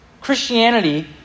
Christianity